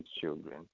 children